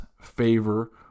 favor